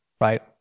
right